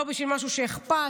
לא בשביל משהו שאכפת,